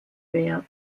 wert